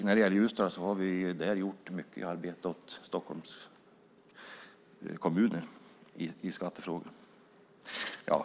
I Ljusdal har man gjort mycket arbete åt Stockholmskommuner i skattefrågor.